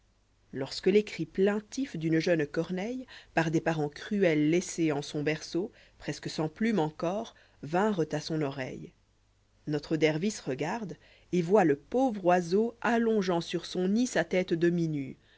lorsque les cris plaintifs d'une jeune corneille par des parents cruels laissée cnson berceau presque sans plume encor vinrent à son oreille n otre dervis regarde et voit le pauvre oiseau allongeant sur son nid sa tête démi nuc